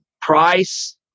Price